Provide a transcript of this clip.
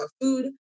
food